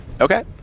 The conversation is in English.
Okay